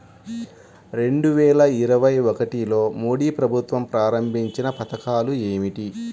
రెండు వేల ఇరవై ఒకటిలో మోడీ ప్రభుత్వం ప్రారంభించిన పథకాలు ఏమిటీ?